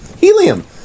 Helium